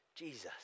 Jesus